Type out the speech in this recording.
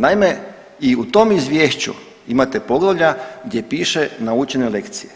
Naime, i u tom izvješću imate poglavlja gdje piše naučene lekcije,